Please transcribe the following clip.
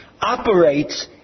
operates